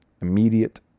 Immediate